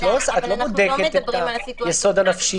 את לא בודקת את היסוד הנפשי.